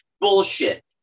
Bullshit